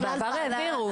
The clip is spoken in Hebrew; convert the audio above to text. בעבר העבירו,